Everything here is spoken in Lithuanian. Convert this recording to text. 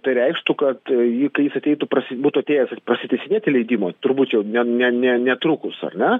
tai reikštų kad jį kai jis ateitų pra būtų atėjęs prasitęsinėti leidimo turbūt ne ne ne netrukus ar ne